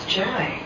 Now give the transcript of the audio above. joy